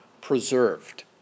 preserved